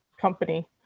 company